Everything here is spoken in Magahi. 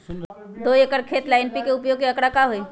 दो एकर खेत ला एन.पी.के उपयोग के का आंकड़ा होई?